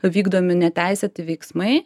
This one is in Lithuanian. vykdomi neteisėti veiksmai